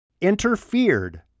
interfered